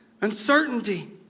uncertainty